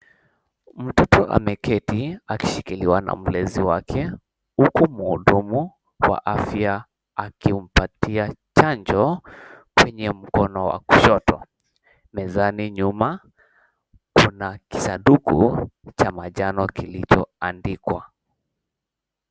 Mtoto ameketi akishikiliwa na mlezi wake, huku mhudumu kwa afya akimpatia chanjo kwenye mkono wa kushoto. Mezani nyuma kuna kisanduku cha manjano kilichoandikwa.